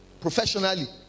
professionally